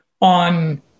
on